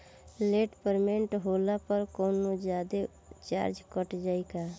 Late payment होला पर कौनोजादे चार्ज कट जायी का?